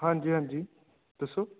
ਹਾਂਜੀ ਹਾਂਜੀ ਦੱਸੋ